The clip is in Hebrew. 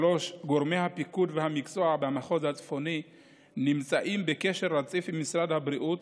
גורמי הפיקוד והמקצוע במחוז הצפוני נמצאים בקשר רציף עם משרד הבריאות,